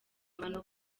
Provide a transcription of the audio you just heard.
abantu